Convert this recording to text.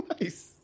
Nice